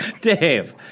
Dave